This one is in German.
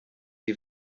die